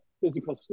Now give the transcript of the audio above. physical